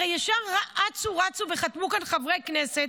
הרי ישר אצו רצו וחתמו כאן חברי כנסת,